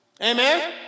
Amen